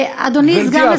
אדוני סגן השר,